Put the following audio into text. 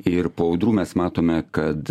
ir po audrų mes matome kad